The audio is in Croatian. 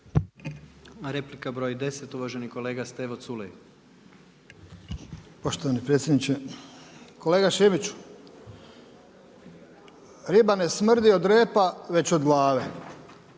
Replika broj 10 uvaženi kolega Stevo Culej. **Culej, Stevo (HDZ)** Poštovani predsjedniče. Kolega Šimiću, riba ne smrdi od repa već od glave.